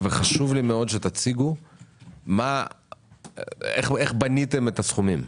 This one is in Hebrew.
וחשוב לי מאוד שתציגו איך בניתם את הסכומים.